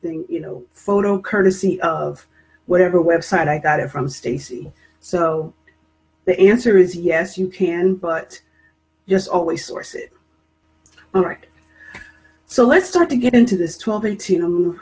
thing you know photo courtesy of whatever website i got it from stacey so the answer is yes you can but yes always source all right so let's try to get into this twelve eighteen